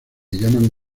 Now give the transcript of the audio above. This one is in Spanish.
llaman